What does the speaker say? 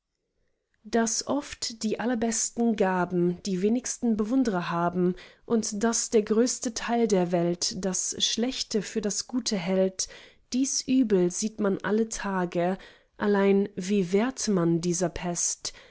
daß oft die allerbesten gaben die wenigsten bewundrer haben und daß der größte teil der welt das schlechte für das gute hält dies übel sieht man alle tage allein wie wehrt man dieser pest